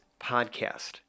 podcast